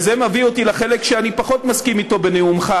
וזה מביא אותי לחלק שאני פחות מסכים אתו בנאומך,